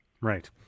Right